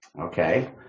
Okay